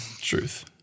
truth